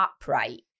upright